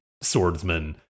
Swordsman